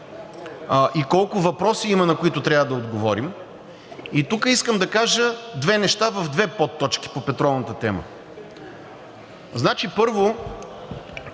и колко въпроси има, на които трябва да отговорим. И тук искам да кажа две неща в две подточки, по петролната тема. Първо,